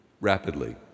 rapidly